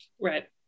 Right